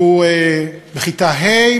והוא בכיתה ה',